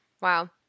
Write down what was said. wow